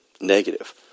negative